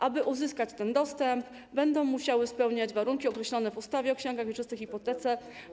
Aby uzyskać ten dostęp, będą musieli spełniać warunki określone w ustawie o księgach wieczystych i hipotece.